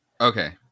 Okay